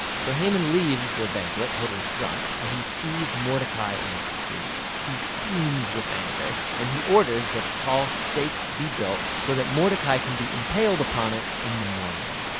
so haman leaves the banquet totally drunk and he sees mordecai in the street. he fumes with anger. and he orders that a tall stake be built so that mordecai can be impaled upon it in the morning.